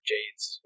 Jades